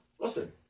listen